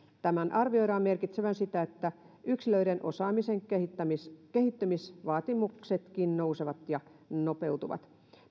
tämän arvioidaan merkitsevän sitä että yksilöiden osaamisen kehittymisvaatimuksetkin nousevat ja nopeutuvat